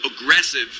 aggressive